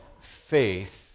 faith